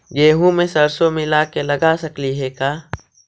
गेहूं मे सरसों मिला के लगा सकली हे का?